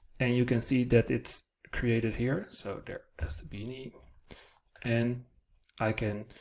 and you can see that it's created here. so that's the beanie and i can